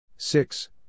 Six